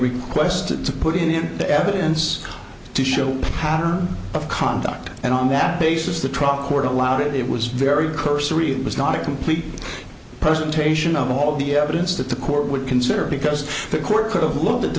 request to put in the evidence to show pattern of conduct and on that basis the truck were allowed it was very cursory it was not a complete presentation of all the evidence that the court would consider because the court could have looked at